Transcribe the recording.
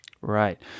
Right